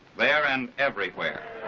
there, and everywhere.